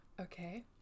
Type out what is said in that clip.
Okay